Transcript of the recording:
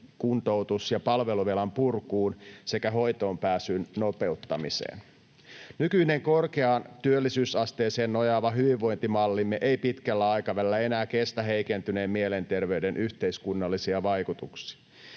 kuntoutus- ja palveluvelan purkuun sekä hoitoonpääsyn nopeuttamiseen. Nykyinen korkeaan työllisyysasteeseen nojaava hyvinvointimallimme ei pitkällä aikavälillä enää kestä heikentyneen mielenterveyden yhteiskunnallisia vaikutuksia.